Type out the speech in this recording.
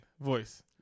voice